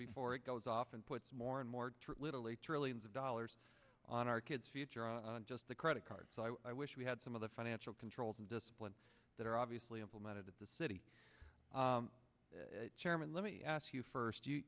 before it goes off and puts more and more literally trillions of dollars on our kids future or just the credit card so i wish we had some of the financial controls and discipline that are obviously implemented at the city chairman let me ask you first you